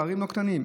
על פערים לא קטנים.